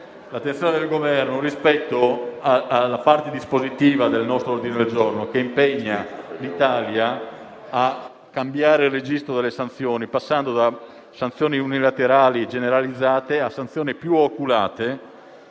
l'attenzione del Governo rispetto alla parte dispositiva del nostro ordine del giorno che impegna l'Italia a cambiare il registro delle sanzioni, passando da sanzioni unilaterali generalizzate a sanzioni più oculate